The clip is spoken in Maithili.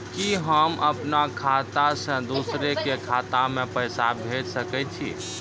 कि होम अपन खाता सं दूसर के खाता मे पैसा भेज सकै छी?